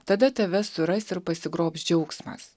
tada tave suras ir pasigrobs džiaugsmas